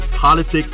politics